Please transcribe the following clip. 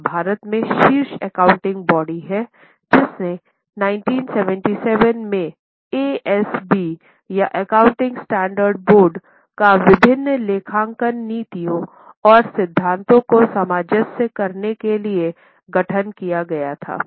यह भारत में शीर्ष एकाउंटिंग बॉडी है जिसने 1977 में ASB या एकाउंटिंग स्टैंडर्ड बोर्ड का विभिन्न लेखांकन नीतियों और सिद्धांतों को सामंजस्य करने के लिए गठन किया गया था